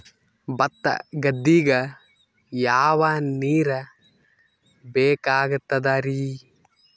ಭತ್ತ ಗದ್ದಿಗ ಯಾವ ನೀರ್ ಬೇಕಾಗತದರೀ?